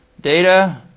data